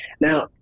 Now